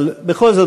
אבל בכל זאת,